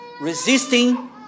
resisting